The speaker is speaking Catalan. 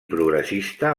progressista